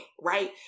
right